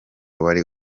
wari